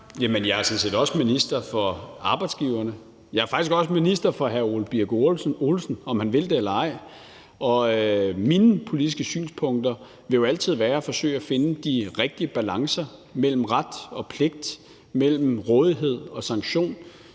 set også minister for arbejdsgiverne. Jeg er faktisk også minister for hr. Ole Birk Olesen, om han vil det eller ej. Og mine politiske synspunkter indebærer jo altid at forsøge at finde de rigtige balancer mellem ret og pligt, mellem rådighed og sanktion.